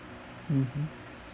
mmhmm